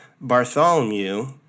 Bartholomew